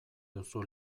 duzu